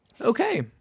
Okay